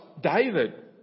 David